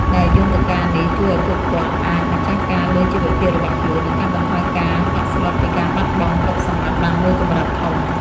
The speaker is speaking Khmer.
ដែលយន្តការនេះជួយឱ្យពួកគាត់អាចម្ចាស់ការលើជីវភាពរបស់ខ្លួន និងកាត់បន្ថយការតក់ស្លុតពីការបាត់បង់ទ្រព្យសម្បត្តិបានមួយកម្រិតធំ។